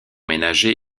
ménagers